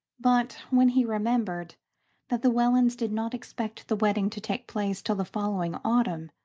but when he remembered that the wellands did not expect the wedding to take place till the following autumn,